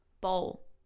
Bowl